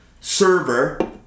Server